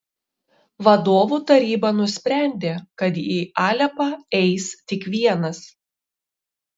vadovų taryba nusprendė kad į alepą eis tik vienas